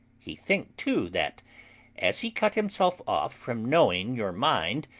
he think, too, that as he cut himself off from knowing your mind,